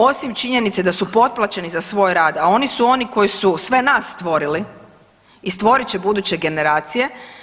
Osim činjenice da su potplaćeni za svoj rad, a oni su oni koji su sve nas stvorili i stvorit će buduće generacije.